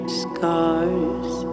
scars